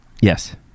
yes